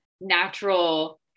natural